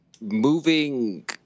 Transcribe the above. moving